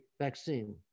vaccine